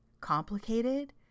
complicated